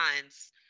minds